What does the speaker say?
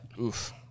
Oof